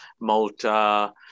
Malta